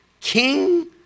king